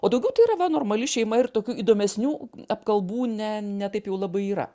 o daugiau tai yra va normali šeima ir tokių įdomesnių apkalbų ne ne taip jau labai yra